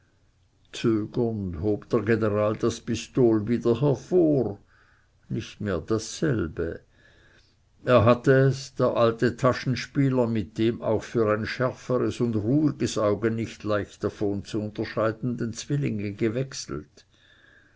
der general das pistol wieder hervor nicht mehr dasselbe er hatte es der alte taschenspieler mit dem auch für ein schärferes und ruhiges auge nicht leicht davon zu unterscheidenden zwillinge gewechselt